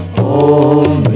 om